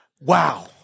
Wow